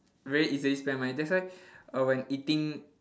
very easily spend money that's why err when eating